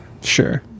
sure